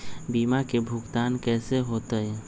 बीमा के भुगतान कैसे होतइ?